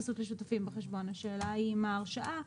השאלה היא אם ההרשאה.